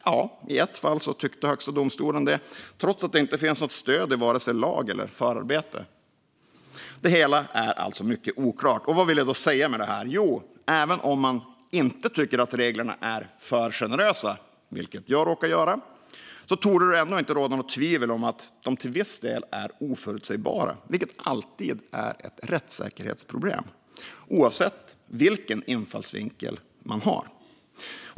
Ja, i ett fall tyckte Högsta domstolen det, trots att det inte finns något stöd vare sig i lag eller förarbeten. Det hela är alltså mycket oklart. Vad vill jag då säga med detta? Jo, även om man inte tycker att reglerna är för generösa, vilket jag råkar göra, torde det inte råda något tvivel om att reglerna till viss del är oförutsägbara, vilket alltid är ett rättssäkerhetsproblem oavsett vilken infallsvinkel man har.